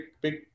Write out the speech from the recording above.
big